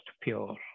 pure